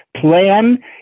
plan